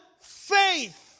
faith